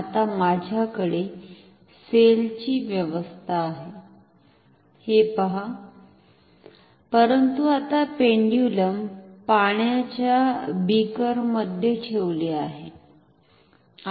आता माझ्याकडे सेलची व्यवस्था आहे हे पहा परंतु आता पेंडुलम पाण्याच्या बीकरमध्ये ठेवले आहे